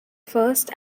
first